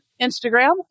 Instagram